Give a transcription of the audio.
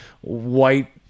white